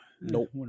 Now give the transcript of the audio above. nope